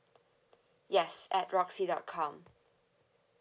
yes at roxy dot com